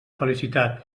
felicitat